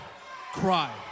cry